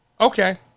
Okay